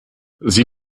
sie